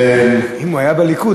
אם הוא היה בליכוד,